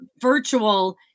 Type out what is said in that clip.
virtual